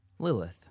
Lilith